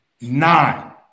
Nine